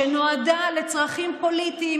שנועדה לצרכים פוליטיים,